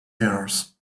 errors